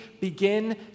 begin